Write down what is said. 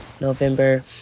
November